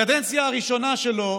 הקדנציה הראשונה שלו,